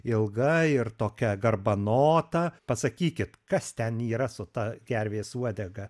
ilga ir tokia garbanota pasakykit kas ten yra su ta gervės uodega